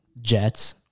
jets